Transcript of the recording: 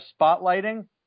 spotlighting